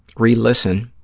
re-listen,